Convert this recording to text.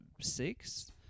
six